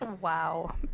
Wow